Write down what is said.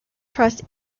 trust